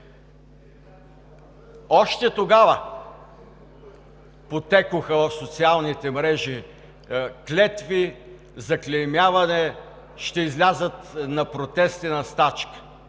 Още тогава потекоха в социалните мрежи клетви, заклеймяване – ще излязат на протести, на стачка.